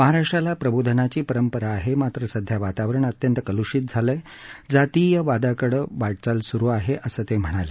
महाराष्ट्राला प्रबोधनाची परंपरा आहे मात्र सध्या वातावरण अत्यंत कलुषीत झालं असून जातीय वादाकडे वाटचाल सुरु आहे असं ते म्हणाले